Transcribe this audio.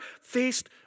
faced